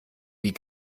wie